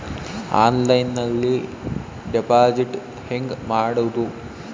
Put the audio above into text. ಆನ್ಲೈನ್ನಲ್ಲಿ ಡೆಪಾಜಿಟ್ ಹೆಂಗ್ ಮಾಡುದು?